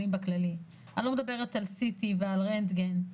אני לא מדברת על C.T. ועל רנטגן,